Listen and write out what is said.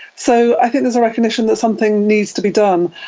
so i think there's a recognition that something needs to be done,